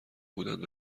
بودند